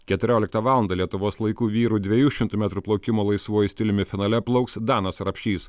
keturioliktą valandą lietuvos laiku vyrų dviejų šimtų metrų plaukimo laisvuoju stiliumi finale plauks danas rapšys